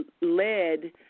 led